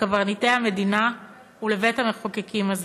לקברניטי המדינה ולבית-המחוקקים הזה.